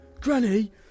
granny